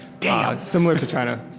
damn. similar to china.